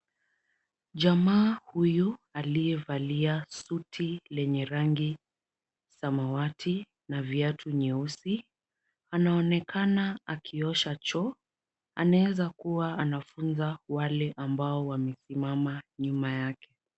Jamaa huyu aliyevalia suti lenye rangi samawati na viatu nyeusi, anaonekana akiosha choo, anaeza kuwa anafunza wale ambao wamesimama nyuma yake.